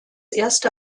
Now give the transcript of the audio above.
erste